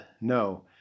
No